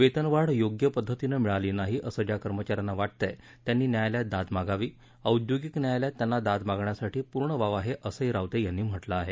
वेतनवाढ योग्य पद्वतीनं मिळाली नाही असं ज्या कर्मचाऱ्यांना वाटतंय त्यांनी न्यायालयात दाद मागावी औद्योगिक न्यायालयात त्यांना दाद मागण्यास पूर्ण वाव आहे असेही रावते यांनी म्हटले आहे